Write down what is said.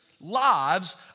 lives